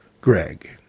Greg